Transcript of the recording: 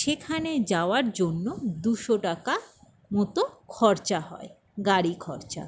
সেখানে যাওয়ার জন্য দুশো টাকা মতো খরচা হয় গাড়ি খরচা